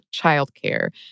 childcare